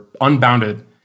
unbounded